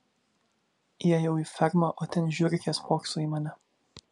įėjau į fermą o ten žiurkė spokso į mane